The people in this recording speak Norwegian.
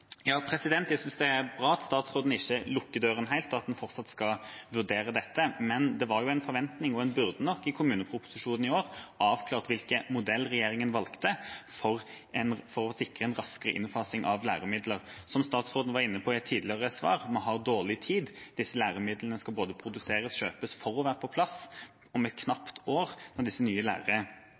Jeg synes det er bra at statsråden ikke lukker døra helt, og at en fortsatt skal vurdere dette. Men det var en forventning, og i kommuneproposisjonen i år burde en nok ha avklart hvilken modell regjeringen ville velge, for å sikre en raskere innfasing av læremidler. Som statsråden var inne på i et tidligere svar: Vi har dårlig tid hvis læremidlene skal både produseres og kjøpes for å være på plass om et knapt år, da disse nye